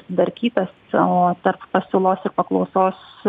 sudarkytas o tarp pasiūlos ir paklausos